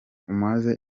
amaze